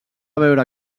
veure